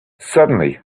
suddenly